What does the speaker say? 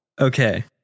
Okay